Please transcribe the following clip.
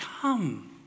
come